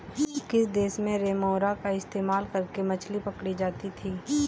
किस देश में रेमोरा का इस्तेमाल करके मछली पकड़ी जाती थी?